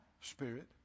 Spirit